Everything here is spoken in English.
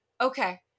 okay